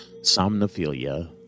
somnophilia